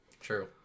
True